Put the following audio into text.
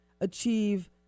achieve